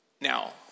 Now